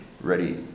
ready